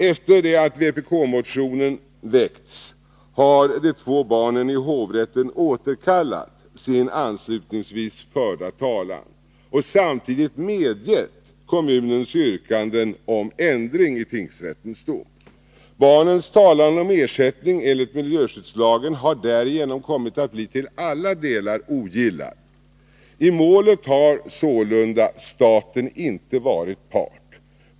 Efter det att vpk-motionen väckts har de två barnen i hovrätten återkallat sin anslutningsvis förda talan och samtidigt medgett kommunens yrkanden om ändring i tingsrättens dom. Barnens talan om ersättning enligt miljöskyddslagen har därigenom kommit att bli till alla delar ogillad. I målet har sålunda staten inte varit part.